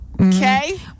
Okay